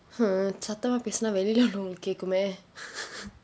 !huh! சத்தமா பேசுனா வெளியில உள்ளவனுகளுக்கு கேட்குமே:sathamaa pesunaa veliyil ullavanungalukku kaetkume